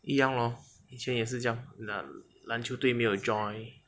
一样咯我以前也是这样 ya 篮球队没有 join